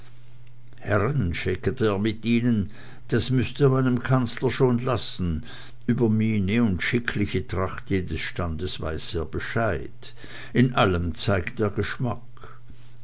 schäkerte er mit ihnen das müßt ihr meinem kanzler schon lassen über miene und schickliche tracht jeden standes weiß er bescheid in allem zeigt er geschmack